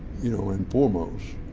you know, and foremost,